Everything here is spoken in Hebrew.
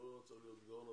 לא צריך להיות גאון הדור.